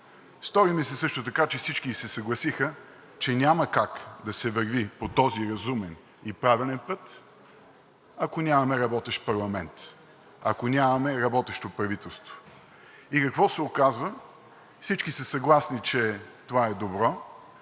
Стори ми се също така, че всички се съгласиха, че няма как да се върви по този разумен и правилен път, ако нямаме работещ парламент, ако нямаме работещо правителство. И какво се оказва? Всички са съгласни, че това е добро,